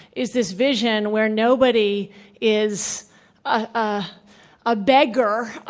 is this vision where nobody is a ah beggar, ah